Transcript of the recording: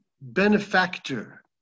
benefactor